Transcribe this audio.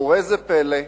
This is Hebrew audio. וראה איזה פלא,